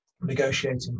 negotiating